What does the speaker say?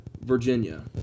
Virginia